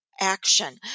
action